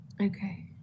Okay